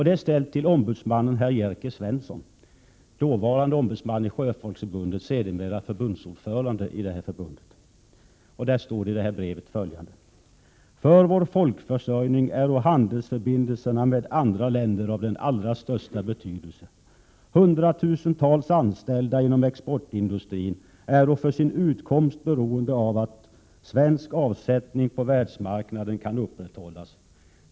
Det är ställt till ombudsmannen herr Jerker Svensson, dåvarande ombudsman i Sjöfolksförbundet, sedermera förbundets ordförande: ”För vår folkförsörjning äro handelsförbindelserna med andra länder av den allra största betydelse. Hundratusentals anställda inom exportindustrin äro för sin utkomst beroende av att svensk avsättning på världsmarknaden kan upprätthållas.